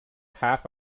half